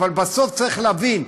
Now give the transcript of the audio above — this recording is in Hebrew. אבל בסוף צריך להבין,